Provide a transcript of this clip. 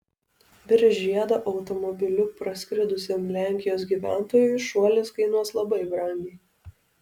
virš žiedo automobiliu praskridusiam lenkijos gyventojui šuolis kainuos labai brangiai